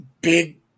big